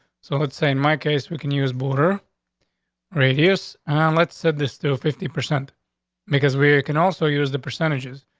so it's a in my case, we can use border radius on let's set this still fifty percent because we can also use the percentages.